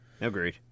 Agreed